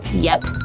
yep.